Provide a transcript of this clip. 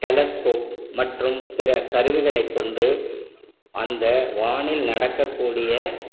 telescope மற்றும் பிற கருவிகளைக் கொண்டு அந்த வானில் நடக்கக்கூடிய